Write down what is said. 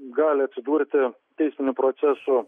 gali atsidurti teisinių procesų